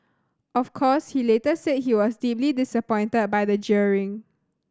of course he later said he was deeply disappointed by the jeering